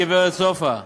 גברת סופה?